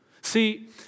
See